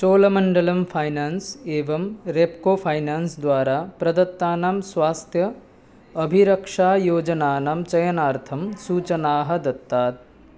Cholamandalam finance एवं Repco finance द्वारा प्रदत्तानां स्वास्थ्य अभिरक्षायोजनानां चयनार्थं सूचनाः दत्तात्